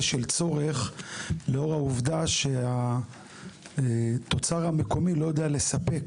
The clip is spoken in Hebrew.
של צורך לאור העובדה שהתוצר המקומי לא יודע לספק,